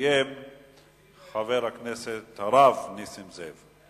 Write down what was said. יסיים חבר הכנסת הרב נסים זאב.